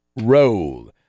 roll